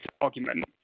argument